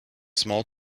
small